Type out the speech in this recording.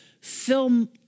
film